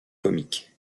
comiques